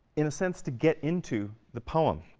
in a sense, to get into the poem.